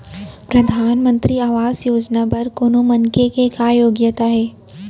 परधानमंतरी आवास योजना बर कोनो मनखे के का योग्यता हे?